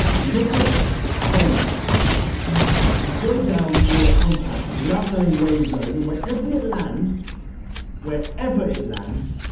you take your phone out you you go down your contacts without knowing where you're going. and wherever it lands wherever it lands,